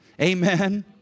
Amen